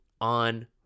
on